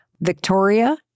Victoria